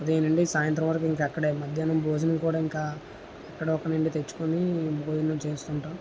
ఉదయం నుండి సాయంత్రం వరకు ఇంకా అక్కడే మధ్యాహ్నం భోజనం కూడా ఇంకా ఎక్కడో ఒక నుండి తెచ్చుకుని భోజనం చేస్తుంటాం